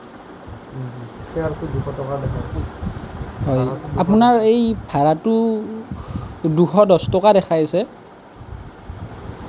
হয় আপোনাৰ এই ভাড়াটো দুশ দহ টকা দেখাইছে